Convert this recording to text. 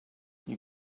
you